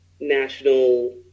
national